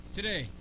Today